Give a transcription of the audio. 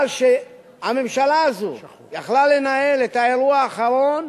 שהממשלה הזו יכלה לנהל את האירוע האחרון